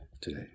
today